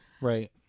Right